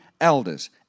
elders